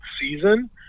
season